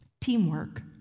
Teamwork